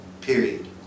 period